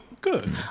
Good